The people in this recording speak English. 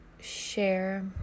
share